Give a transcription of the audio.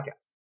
podcast